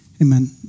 Amen